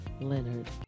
Leonard